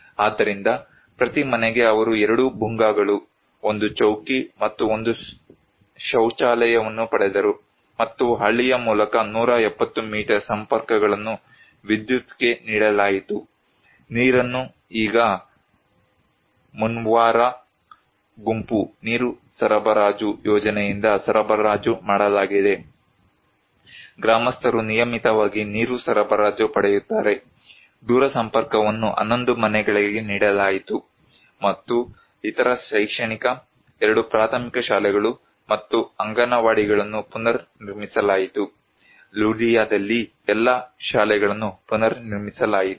ಆದ್ದರಿಂದ ಪ್ರತಿ ಮನೆಗೆ ಅವರು 2 ಭುಂಗಾಗಳು 1 ಚೌಕಿ ಮತ್ತು ಒಂದು ಶೌಚಾಲಯವನ್ನು ಪಡೆದರು ಮತ್ತು ಹಳ್ಳಿಯ ಮೂಲಕ 170 ಮೀಟರ್ ಸಂಪರ್ಕಗಳನ್ನು ವಿದ್ಯುತ್ಗೆ ನೀಡಲಾಯಿತು ನೀರನ್ನು ಈಗ ಮುಮ್ವಾರಾ ಗುಂಪು ನೀರು ಸರಬರಾಜು ಯೋಜನೆಯಿಂದ ಸರಬರಾಜು ಮಾಡಲಾಗಿದೆ ಗ್ರಾಮಸ್ಥರು ನಿಯಮಿತವಾಗಿ ನೀರು ಸರಬರಾಜು ಪಡೆಯುತ್ತಾರೆ ದೂರಸಂಪರ್ಕವನ್ನು 11 ಮನೆಗಳಿಗೆ ನೀಡಲಾಯಿತು ಮತ್ತು ಇತರ ಶೈಕ್ಷಣಿಕ 2 ಪ್ರಾಥಮಿಕ ಶಾಲೆಗಳು ಮತ್ತು ಅಂಗನವಾಡಿಗಳನ್ನು ಪುನರ್ನಿರ್ಮಿಸಲಾಯಿತು ಲುಡಿಯಾದಲ್ಲಿ ಎಲ್ಲಾ ಶಾಲೆಗಳನ್ನು ಪುನರ್ನಿರ್ಮಿಸಲಾಯಿತು